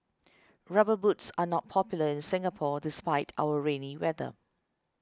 rubber boots are not popular in Singapore despite our rainy weather